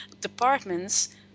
departments